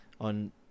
on